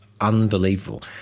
Unbelievable